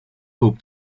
hob